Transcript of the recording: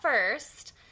First